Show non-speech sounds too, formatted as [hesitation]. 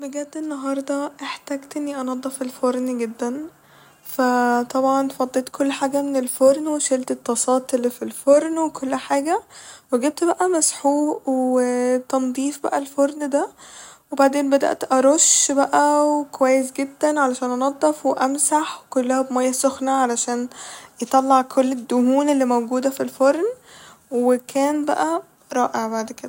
بجد النهاردة احتجت اني انضف الفرن جدا ف [hesitation] طبعا فضيت كل حاجة من الفرن وشلت الطاسات اللي ف الفرن وكل حاجة وجبت بقى مسحوق و [hesitation] تنضيف بقى الفرن ده وبعدين بدأت أرش بقى وكويس جدا علشان أنضف وأمسح كلها بمية سخنة عشان يطلع كل الدهون الموجودة ف الفرن وكان بقى رائع بعد كده